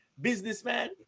businessman